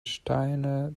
steiner